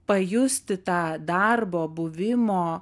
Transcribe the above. pajusti tą darbo buvimo